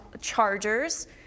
Chargers